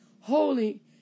holy